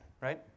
right